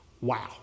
Wow